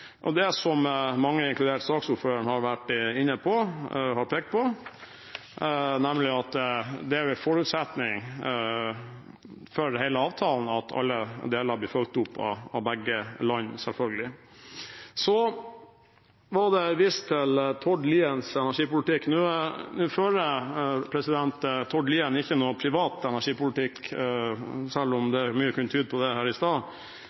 sak. Det som mange, inkludert saksordføreren, har vært inne på og pekt på, er at det selvfølgelig er en forutsetning for hele avtalen at alle deler blir fulgt opp av begge land. Så ble det vist til Tord Liens energipolitikk. Nå fører Tord Lien ikke noen privat energipolitikk, selv om mye kunne tyde på det her i stad.